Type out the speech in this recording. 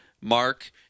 mark